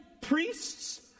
priests